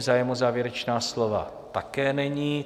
Zájem o závěrečná slova také není.